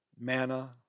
manna